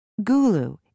Gulu